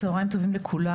צוהריים טובים לכולם,